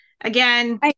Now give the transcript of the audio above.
again